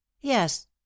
yes